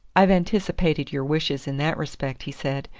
i've anticipated your wishes in that respect, he said.